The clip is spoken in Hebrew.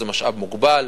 קרקע זה משאב מוגבל,